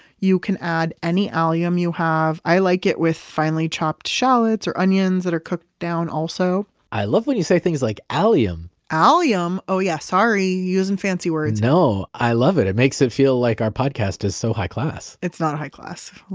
you can add any allium you have. i like it with finely chopped shallots or onions that are cooked down also i love it when you say things like allium allium? oh yeah, sorry. using fancy words no, i love it. it makes it feel like our podcast is so high class it's not a high class.